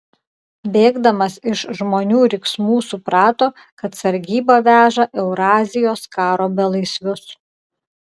bėgdamas iš žmonių riksmų suprato kad sargyba veža eurazijos karo belaisvius